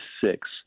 six